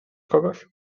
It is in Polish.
kogoś